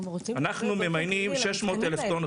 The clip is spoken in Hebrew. אנחנו ממיינים 600,000 טונות.